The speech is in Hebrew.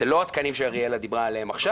זה לא שני התקנים שאריאלה דיברה עליהם עכשיו.